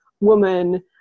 woman